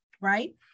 right